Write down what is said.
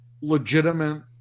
legitimate